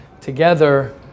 together